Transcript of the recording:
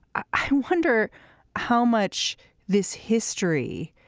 i wonder how much this history